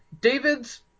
David's